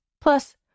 Plus